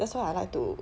that's why I like to